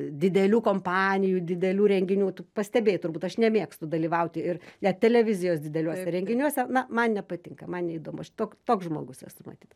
didelių kompanijų didelių renginių tu pastebėjai turbūt aš nemėgstu dalyvauti ir net televizijos dideliuose renginiuose na man nepatinka man neįdomu aš tok toks žmogus esu matyt